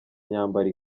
myambaro